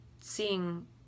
seeing